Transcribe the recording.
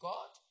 God